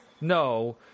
No